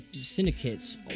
syndicates